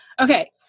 Okay